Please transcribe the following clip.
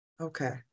Okay